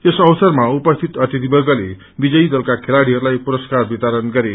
यस अवसरमा उपस्थित अतिथि वर्गले विजयी दलका खेलाड़ीहरूलाई पुरस्कार वितरण गरे